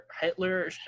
Hitler